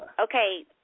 Okay